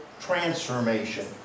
transformation